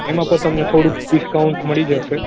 એમાં પણ તમને થોડું ડિસ્કાઉન્ટ મળી જશે